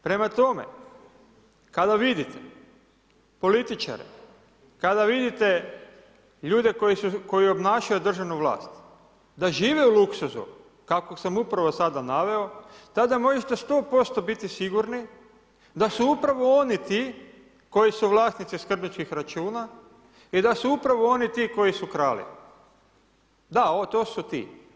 Prema tome, kada vidite političare, kada vidite ljude koji obnašaju državnu vlast da žive u luksuzu kakvog sam upravo sada naveo, tada možete sto posto biti sigurni da su upravo oni ti koji su vlasnici skrbničkih računa i da su upravo oni ti koji su krali, da to su ti.